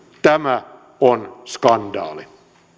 tämä on skandaali